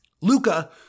Luca